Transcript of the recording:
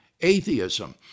atheism